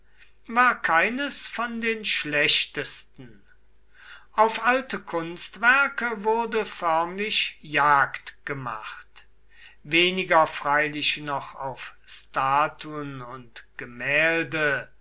war keines von den schlechtesten auf alte kunstwerke wurde förmlich jagd gemacht weniger freilich noch auf statuen und gemälde